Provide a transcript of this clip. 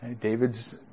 David's